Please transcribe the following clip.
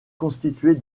constituée